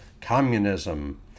communism